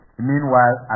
Meanwhile